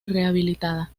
rehabilitada